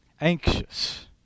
anxious